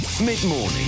mid-morning